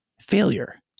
failure